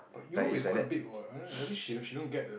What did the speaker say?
but you know it's quite big what right I think she don't she don't get the